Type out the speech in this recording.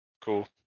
Cool